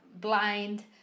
blind